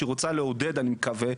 שרוצה לעודד אני מקווה,